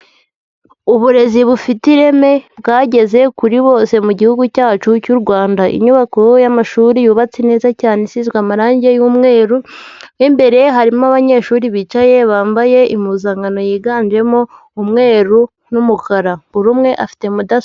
Uburezi bufite ireme bwageze kuri bose mu gihugu cyacu cy'u Rwanda. Inyubako y'amashuri yubatse neza cyane isizwe amarangi y'umweru, mo imbere harimo abanyeshuri bicaye bambaye impuzankano yiganjemo umweru n'umukara, buri umwe afite mudaso...